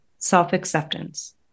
Self-acceptance